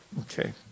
okay